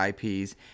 IPs